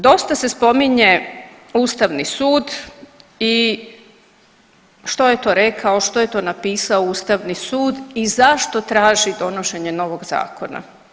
Dosta se spominje Ustavni sud i što je to rekao, što je to napisao Ustavni sud i zašto traži donošenje novog zakona.